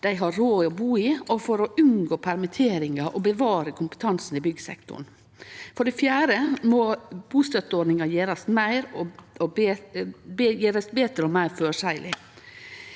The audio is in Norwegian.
dei har råd til å bu i, og for å unngå permitteringar og bevare kompetansen i byggsektoren. For det fjerde må bustønadsordninga gjerast betre og meir føreseieleg.